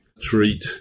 treat